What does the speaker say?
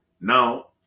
Now